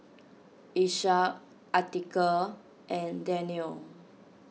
Ishak Atiqah and Daniel